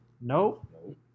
nope